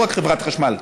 ולא רק חברת החשמל,